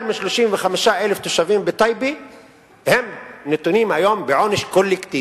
יותר מ-35,000 תושבים בטייבה נתונים היום בעונש קולקטיבי,